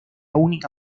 única